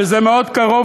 וזה מאוד קרוב,